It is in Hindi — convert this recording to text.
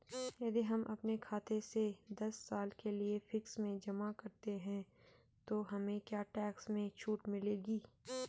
यदि हम अपने खाते से दस साल के लिए फिक्स में जमा करते हैं तो हमें क्या टैक्स में छूट मिलेगी?